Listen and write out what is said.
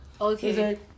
okay